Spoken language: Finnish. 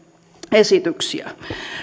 esityksiä